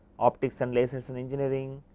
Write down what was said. optics and lasers and engineering,